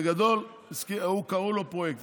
בגדול, קראו לו פרויקטור.